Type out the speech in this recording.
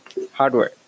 Hardware